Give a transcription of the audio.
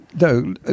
No